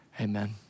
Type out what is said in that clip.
amen